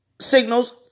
signals